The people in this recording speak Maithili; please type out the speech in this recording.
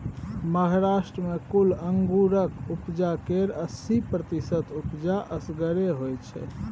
महाराष्ट्र मे कुल अंगुरक उपजा केर अस्सी प्रतिशत उपजा असगरे होइ छै